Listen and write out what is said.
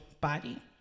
body